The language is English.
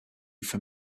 from